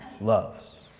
loves